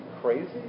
crazy